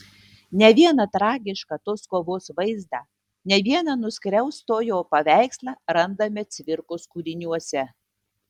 ne vieną tragišką tos kovos vaizdą ne vieną nuskriaustojo paveikslą randame cvirkos kūriniuose